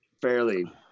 Fairly